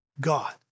God